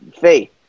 faith